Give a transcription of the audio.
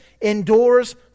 endures